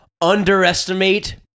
underestimate